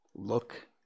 look